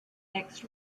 next